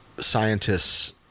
scientists